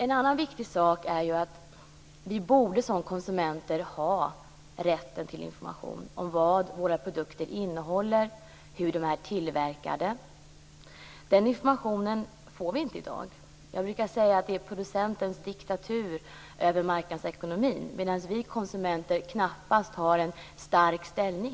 En annan viktig sak är att vi som konsumenter borde ha rätt till information om vad våra produkter innehåller och hur de är tillverkade. Den informationen får vi inte i dag. Jag brukar säga att det är producentens diktatur över marknadsekonomin, medan vi konsumenter knappast har en stark ställning.